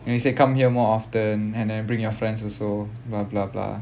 then he said come here more often and then bring your friends also